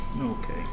Okay